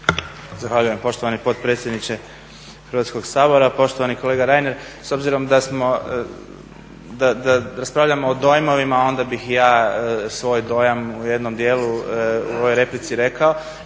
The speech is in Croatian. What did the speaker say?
Zahvaljujem poštovani potpredsjedniče Hrvatskog sabora. Poštovani kolega Reiner s obzirom da raspravljamo o dojmovima onda bih ja svoj dojam u jednom dijelu u ovoj replici rekao.